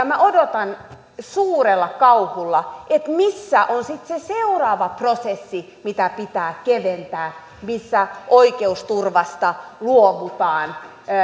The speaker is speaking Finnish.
minä odotan suurella kauhulla missä on sitten se seuraava prosessi mitä pitää keventää missä oikeusturvasta luovutaan